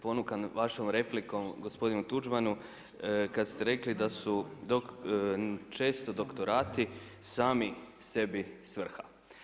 Ponukan vašom replikom gospodinu Tuđmanu kad ste rekli da su često doktorati sami sebi svrha.